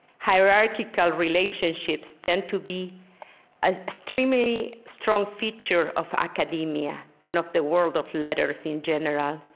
hierarchical relationships tend to be as extremely strong feature of academia and of the world of letters in general.